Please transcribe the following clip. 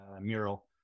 Mural